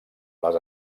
les